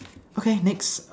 okay next